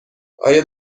آیا